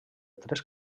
tres